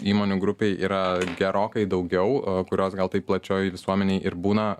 įmonių grupėje yra gerokai daugiau kurios gal taip plačiojoje visuomenėje ir būna